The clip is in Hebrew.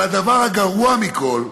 אבל הדבר הגרוע מכול: